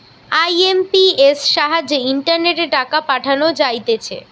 IMPS সাহায্যে ইন্টারনেটে টাকা পাঠানো যাইতেছে